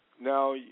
now